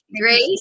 great